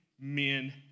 men